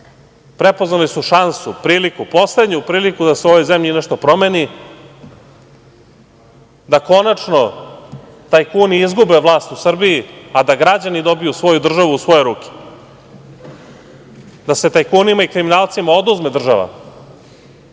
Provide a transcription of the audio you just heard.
prepoznali su šansu, priliku, poslednju priliku da se u ovoj zemlji nešto promeni, da konačno tajkuni izgube vlast u Srbiji, a da građani dobiju svoju državu u svoje ruke, da se tajkunima i kriminalcima oduzme država,